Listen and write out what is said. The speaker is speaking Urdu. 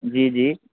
جی جی